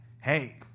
hey